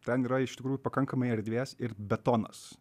ten yra iš tikrųjų pakankamai erdvės ir betonas